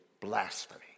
blasphemy